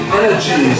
energy